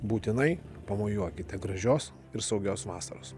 būtinai pamojuokite gražios ir saugios vasaros